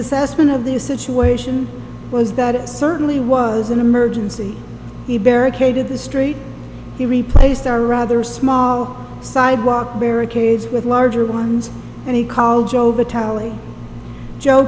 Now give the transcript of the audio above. assessment of the situation was that it certainly was an emergency he barricaded the street he replaced our rather small sidewalk barricades with larger ones and he called joe